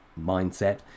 mindset